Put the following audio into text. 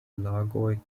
lagoj